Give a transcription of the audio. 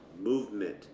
movement